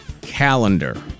calendar